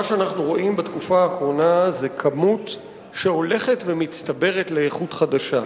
מה שאנחנו רואים בתקופה האחרונה זו כמות שהולכת ומצטברת לאיכות חדשה.